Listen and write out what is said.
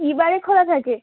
কী বারে খোলা থাকে